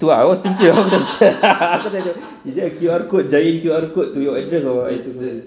tu ah I was thinking apa macam [sial] ah aku tengok is that a Q_R code jadi Q_R code to your address or